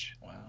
Wow